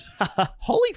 Holy